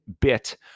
bit